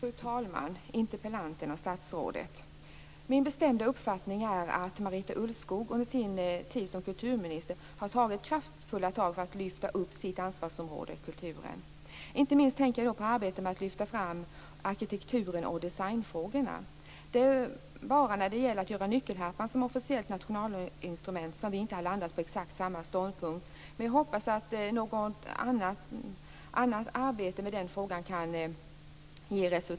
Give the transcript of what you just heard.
Fru talman, interpellanten och statsrådet! Min bestämda uppfattning är att Marita Ulvskog under sin tid som kulturminister har tagit kraftfulla tag för att lyfta upp sitt ansvarsområde kulturen. Inte minst tänker jag på arbetet med att lyfta fram arkitekturen och designfrågorna. Det är enbart när det gäller att göra nyckelharpan som officiellt nationalinstrument som vi inte har landat på exakt samma ståndpunkt. Men jag hoppas att något annat arbete med den frågan kan ge resultat.